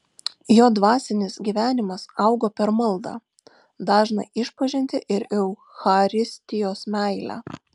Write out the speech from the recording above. jo dvasinis gyvenimas augo per maldą dažną išpažintį ir eucharistijos meilę